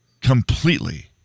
completely